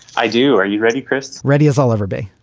i do. are you ready, chris? ready as i'll ever be.